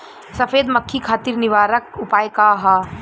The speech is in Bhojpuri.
सफेद मक्खी खातिर निवारक उपाय का ह?